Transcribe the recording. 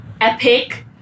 epic